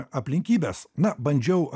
aplinkybes na bandžiau